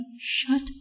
Shut